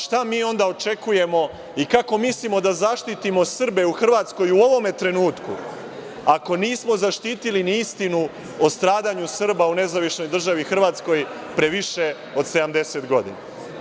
Šta mi onda očekujemo i kako mislimo da zaštitimo Srbe u Hrvatskoj u ovom trenutku ako nismo zaštitili ni istinu o stradanju Srba u Nezavisnoj državi Hrvatskoj pre više od 70 godina.